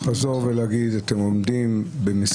אני אגיד כאן משהו שאולי לא יהיה פופולרי